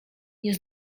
nie